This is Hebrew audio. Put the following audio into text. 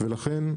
ולכן,